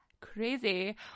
crazy